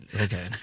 Okay